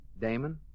Damon